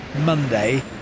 Monday